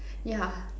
yeah